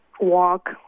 walk